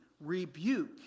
rebuke